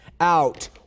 out